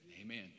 Amen